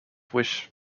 wish